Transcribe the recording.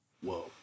Whoa